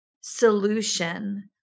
solution